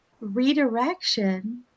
redirection